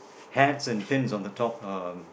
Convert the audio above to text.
hats and pins on the top um